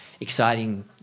exciting